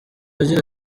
agira